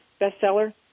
bestseller